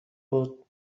بود